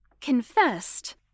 confessed